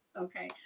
Okay